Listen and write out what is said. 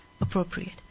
appropriate